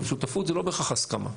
שותפות זה לא בהכרח הסכמה.